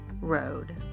road